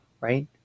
right